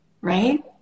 Right